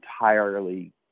entirely